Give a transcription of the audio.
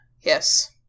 yes